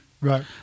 Right